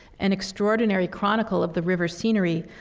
an extraordinary chronicle of the river's scenery,